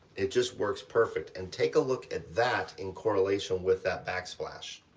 it just works perfect. and take a look at that, in correlation with that backsplash.